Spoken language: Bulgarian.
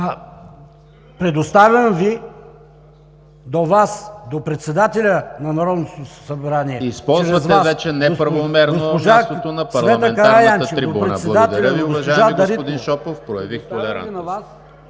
предоставям Ви до Вас, до председателя на Народното събрание, чрез Вас, госпожа Цвета